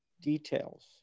details